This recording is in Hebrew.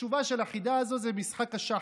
התשובה של החידה הזאת זה משחק השחמט.